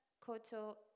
Koto